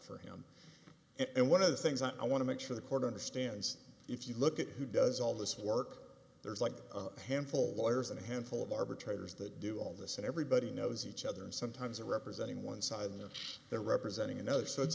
for him and one of the things i want to make sure the court understands if you look at who does all this work there's like a handful lawyers and a handful of arbitrators that do all this and everybody knows each other and sometimes they're representing one side and they're representing another s